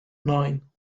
nine